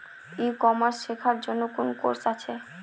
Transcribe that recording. ই commerce শেক্ষার জন্য কোন কোর্স আছে?